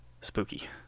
Spooky